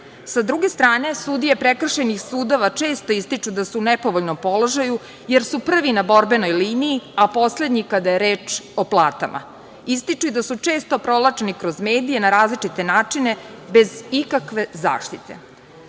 druge strane, sudije prekršajnih sudova često ističu da su u nepovoljnom položaju jer su prvi na borbenoj liniji, a poslednji kada je reč o platama. Ističu i da su često provlačeni kroz medije na različite načine bez ikakve zaštite. Što